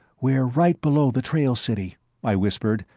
we're right below the trailcity, i whispered,